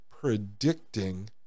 predicting